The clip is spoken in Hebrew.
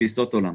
בתפיסות עולם.